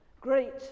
Great